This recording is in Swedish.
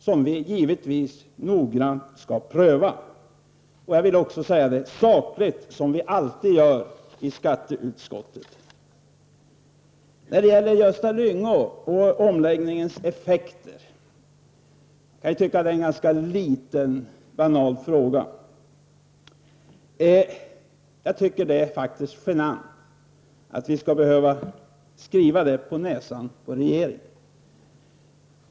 Givetvis skall vi noggrant pröva inkomna förslag sakligt, som vi alltid gör i skatteutskottet. Så några ord till Gösta Lyngå beträffande skatteomläggningens effekter. Frågan kan tyckas banal. Men det är faktiskt genant att behöva skriva det på näsan på regeringen.